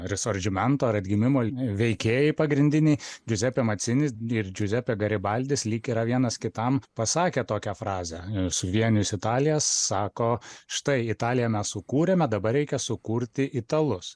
risordžimento ar atgimimo veikėjai pagrindiniai džiuzepė macinis ir džiuzepė garibaldis lyg yra vienas kitam pasakę tokią frazę suvienijus italiją sako štai italiją mes sukūrėme dabar reikia sukurti italus